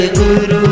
guru